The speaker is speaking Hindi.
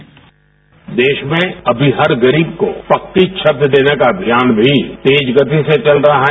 बाईट देश में अभी हर गरीब को पक्की छत देने का अभियान भी तेज गति से चल रहा है